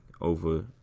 over